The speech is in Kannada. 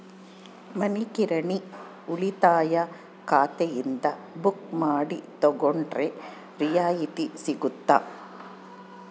ಮನಿ ಕಿರಾಣಿ ಉಳಿತಾಯ ಖಾತೆಯಿಂದ ಬುಕ್ಕು ಮಾಡಿ ತಗೊಂಡರೆ ರಿಯಾಯಿತಿ ಸಿಗುತ್ತಾ?